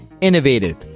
innovative